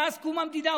מאז קום המדינה,